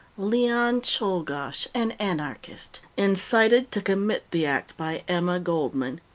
leon czolgosz, an anarchist, incited to commit the act by emma goldman.